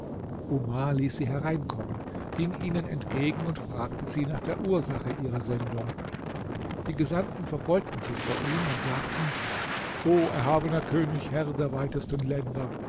omar ließ sie hereinkommen ging ihnen entgegen und fragte sie nach der ursache ihrer sendung die gesandten verbeugten sich vor ihm und sagten o erhabener könig herr der weitesten länder